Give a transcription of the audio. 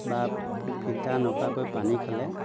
বা ফিল্টাৰ নকৰাকৈ পানী খালে